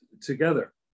together